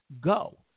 go